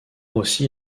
aussi